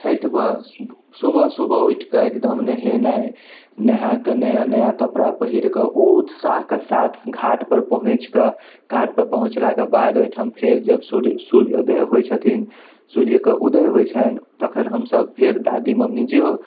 छठिमे सुबह सुबह उठिकऽ एकदम नहेनाइ नहाकऽ नया नया कपड़ा पहिरकऽ ओ उत्साहके साथ घाटपर पहुँचिकऽ घाटपर पहुँचलाके बाद ओहिठाम फेर जब सूर्य उदय होइ छथिन सूर्यके उदय होइ छनि तखन हमसभ फेर दादी मम्मी जे ओ